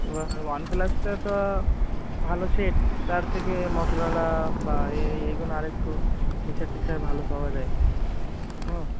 এবার ওয়ান প্লাসটা তো ভালো সেট তার থেকে মটোরোলা বা এই এই এগুলো আরেকটু ফিচার টিচার ভালো পাওয়া যায় হুঁ